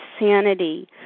sanity